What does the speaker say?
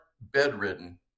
bedridden